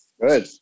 Good